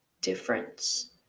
difference